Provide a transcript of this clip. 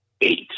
eight